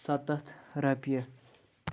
سَتَتھ رۄپیہِ